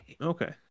Okay